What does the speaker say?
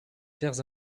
terres